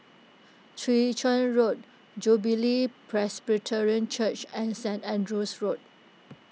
Chwee Chian Road Jubilee Presbyterian Church and Saint Andrew's Road